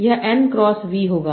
यह N cross V होगा